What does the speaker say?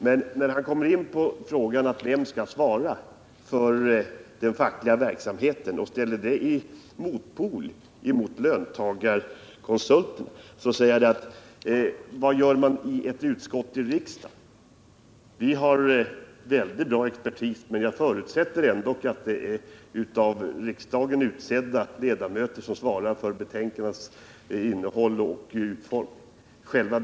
Men när Alf Wennerfors kommer in på frågan om vem som skall svara för den fackliga verksamheten och när han ställer det som motpol till löntagarkonsulterna, frågar jag mig: Vad gör man i ett utskott i riksdagen? Vi har mycket skicklig expertis, men jag förutsätter ändå att det är av riksdagen utsedda ledamöter som svarar för betänkandenas innehåll och utformning.